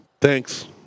thanks